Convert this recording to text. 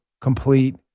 complete